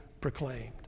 proclaimed